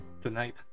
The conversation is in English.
tonight